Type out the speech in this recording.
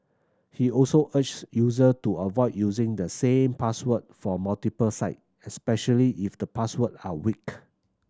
he also urges user to avoid using the same password for multiple site especially if the password are weak